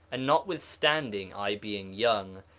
and notwithstanding i being young,